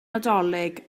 nadolig